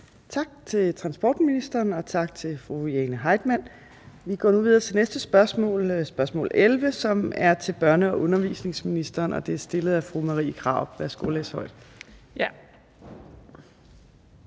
Tak til transportministeren, og tak til fru Jane Heitmann. Vi går nu videre til næste spørgsmål, spørgsmål nr. 11 på dagsordenen, som er til børne- og undervisningsministeren, og det er stillet af fru Marie Krarup. Kl.